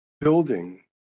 building